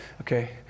Okay